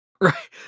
Right